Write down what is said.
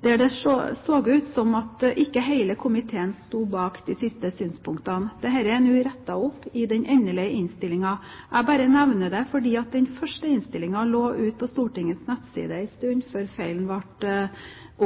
det så ut som om ikke hele komiteen sto bak de siste synspunktene. Det er rettet opp i den endelige innstillingen. Jeg bare nevner det fordi den første innstillingen lå ute på Stortingets nettsider en stund før feilen ble